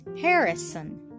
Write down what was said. Harrison